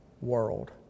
world